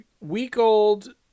week-old